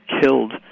killed